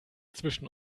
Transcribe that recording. zwischen